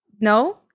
no